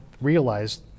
realized